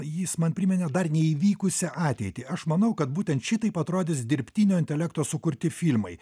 jis man priminė dar neįvykusią ateitį aš manau kad būtent šitaip atrodys dirbtinio intelekto sukurti filmai